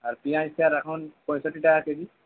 আর পিঁয়াজ স্যার এখন পঁয়ষট্টি টাকা কেজি